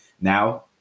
Now